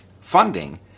funding